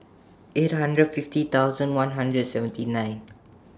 eight hundred fifty thousand one hundred seventy nine